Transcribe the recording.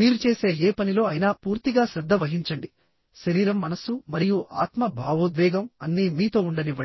మీరు చేసే ఏ పనిలో అయినా పూర్తిగా శ్రద్ధ వహించండి శరీరం మనస్సు మరియు ఆత్మ భావోద్వేగం అన్నీ మీతో ఉండనివ్వండి